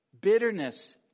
bitterness